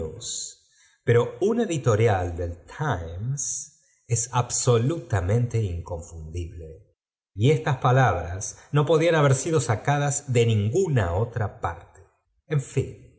pero un editoriá del ttmes es absolutamente inconfundible y es tas palabras no podían haber sido sacadas de ninguna otra parte en fin